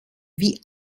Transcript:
wie